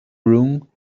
room